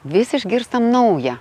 vis išgirstam naują